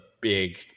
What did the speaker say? big